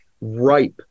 ripe